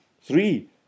Three